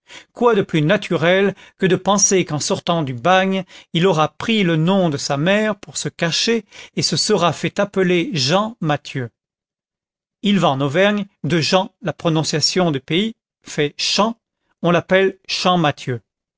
quoi de plus naturel que de penser qu'en sortant du bagne il aura pris le nom de sa mère pour se cacher et se sera fait appeler jean mathieu il va en auvergne de jean la prononciation du pays fait chan on l'appelle chan mathieu